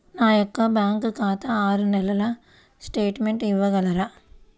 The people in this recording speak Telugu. నా యొక్క బ్యాంకు ఖాతా ఆరు నెలల స్టేట్మెంట్ ఇవ్వగలరా?